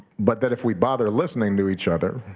but that if we bother listening to each other,